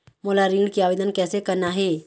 मोला ऋण के आवेदन कैसे करना हे?